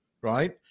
right